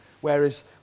whereas